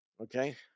Okay